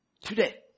Today